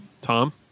Tom